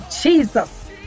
jesus